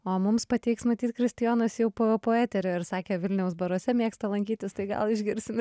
o mums pateiks matyt kristijonas jau po po eterio ir sakė vilniaus baruose mėgsta lankytis tai gal išgirsim